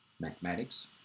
mathematics